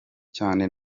cyane